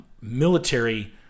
military